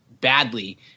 badly